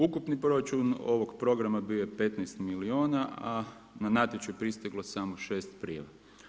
Ukupni proračun ovog programa bio je 15 milijuna, a na natječaj je pristiglo samo 6 prijava.